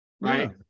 right